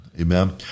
Amen